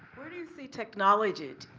where do you see technology,